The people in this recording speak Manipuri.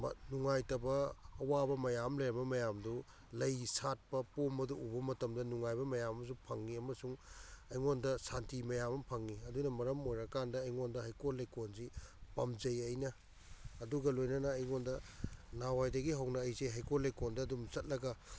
ꯅꯨꯡꯉꯥꯏꯇꯕ ꯑꯋꯥꯕ ꯃꯌꯥꯝ ꯂꯩꯔꯝꯕ ꯃꯌꯥꯝꯗꯨ ꯂꯩ ꯁꯥꯠꯄ ꯄꯣꯝꯕꯗꯨ ꯎꯕ ꯃꯇꯝꯗ ꯅꯨꯡꯉꯥꯏꯕ ꯃꯌꯥꯝ ꯑꯃꯁꯨ ꯐꯪꯏ ꯑꯃꯁꯨꯡ ꯑꯩꯉꯣꯟꯗ ꯁꯥꯟꯇꯤ ꯃꯌꯥꯝ ꯑꯃ ꯐꯪꯏ ꯑꯗꯨꯅ ꯃꯔꯝ ꯑꯣꯏꯔꯀꯥꯟꯗ ꯑꯩꯉꯣꯟꯗ ꯍꯩꯀꯣꯜ ꯂꯩꯀꯣꯜꯁꯤ ꯄꯥꯝꯖꯩ ꯑꯩꯅ ꯑꯗꯨꯒ ꯂꯣꯏꯅꯅ ꯑꯩꯉꯣꯟꯗ ꯅꯍꯥꯟꯋꯥꯏꯗꯤ ꯍꯧꯅ ꯑꯩꯁꯦ ꯍꯩꯀꯣꯜ ꯂꯩꯀꯣꯜꯗ ꯑꯗꯨꯝ ꯆꯠꯂꯒ